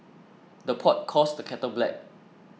the pot calls the kettle black